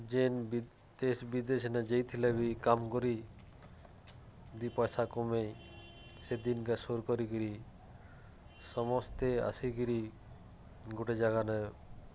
ଯେନ୍ ବି ଦେଶ୍ ବିଦେଶ୍ନେ ଯାଇଥିଲେ ବି କାମ୍ କରି ଦୁଇ ପଇସା କମେଇ ସେ ଦିନ୍କେ ସୋର୍ କରିକିରି ସମସ୍ତେ ଆସିକିରି ଗୁଟେ ଜାଗାନେ